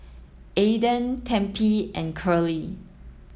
Aaden Tempie and Curley